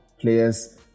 players